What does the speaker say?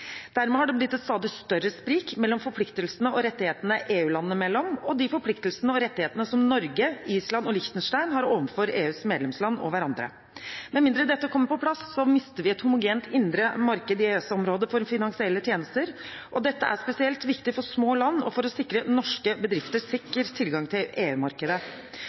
Dermed har det blitt et stadig større sprik mellom forpliktelsene og rettighetene EU-landene imellom og de forpliktelsene og rettighetene som Norge, Island og Liechtenstein har overfor EUs medlemsland og hverandre. Med mindre dette kommer på plass, mister vi et homogent indre marked i EØS-området for finansielle tjenester, og dette er spesielt viktig for små land og for å sikre norske bedrifter sikker tilgang til